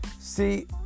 See